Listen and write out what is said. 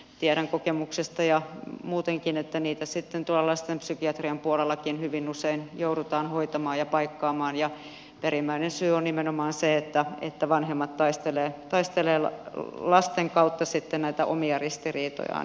tiedän kokemuksesta ja muutenkin että niitä sitten tuolla lasten psykiatrian puolellakin hyvin usein joudutaan hoitamaan ja paikkaamaan ja perimmäinen syy on nimenomaan se että vanhemmat taistelevat lasten kautta näitä omia ristiriitojaan